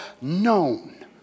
known